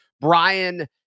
Brian